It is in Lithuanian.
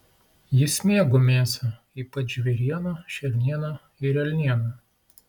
jis mėgo mėsą ypač žvėrieną šernieną ir elnieną